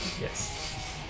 Yes